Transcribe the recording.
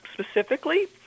specifically